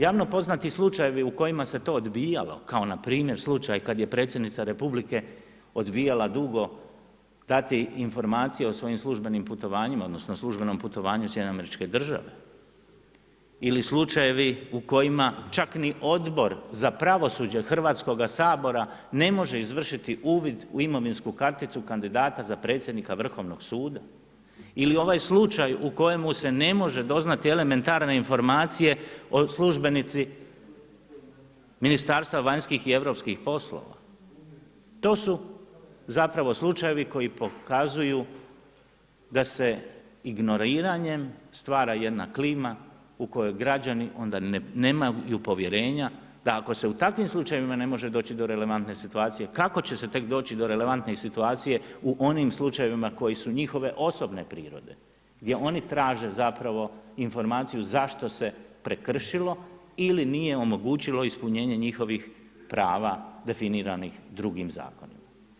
Javno poznati slučajevi u kojima se to odbijalo, kao npr. slučaj kada je predsjednica Republike odbijala dugo dati informacije o svojim službenim putovanjima odnosno službenom putovanju u SAD ili slučajevi u kojima čak ni Odbor za pravosuđe Hrvatskoga sabora ne može izvršiti uvid u imovinsku karticu kandidata za predsjednika Vrhovnog suda ili ovaj slučaj u kojemu se ne može doznati elementarne informacije o službenici Ministarstva vanjskih i europskih poslova, to su slučajevi koji pokazuju da se ignoriranjem stvara jedna klima u kojoj građani onda nemaju povjerenja, da ako se u takvim slučajevima ne može doći do relevantne situacije kako će se tek doći do relevantne situacije u onim slučajevima koji su njihove osobne prirode gdje oni traže informaciju zašto se prekršilo ili nije omogućilo ispunjenje njihovih prava definiranih drugim zakonima.